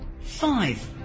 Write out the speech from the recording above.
five